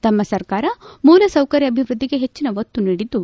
ತಮ್ನ ಸರ್ಕಾರ ಮೂಲಸೌಕರ್ಯ ಅಭಿವೃದ್ದಿಗೆ ಹೆಚ್ಚಿನ ಒತ್ತು ನೀಡಿದ್ದು